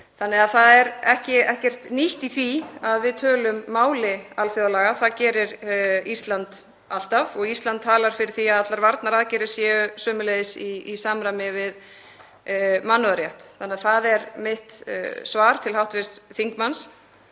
lengra. Það er ekkert nýtt í því að við tölum máli alþjóðalaga, það gerir Ísland alltaf og Ísland talar fyrir því að allar varnaraðgerðir séu sömuleiðis í samræmi við mannúðarrétt. Það er mitt svar til hv. þingmanns: